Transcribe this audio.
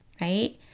right